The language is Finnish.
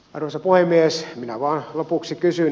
arvoisa puhemies minä vain lopuksi kysyn